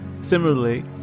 Similarly